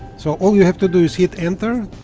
so all you have to do is hit enter